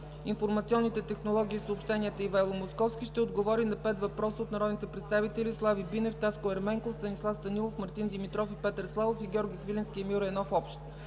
информационните технологии и съобщенията Ивайло Московски ще отговори на пет въпроса от народните представители Слави Бинев; Таско Ерменков; Станислав Станилов; Мартин Димитров и Петър Славов; и Георги Свиленски и Емил Райнов.